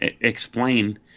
explain